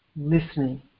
Listening